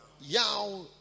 Yao